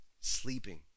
sleeping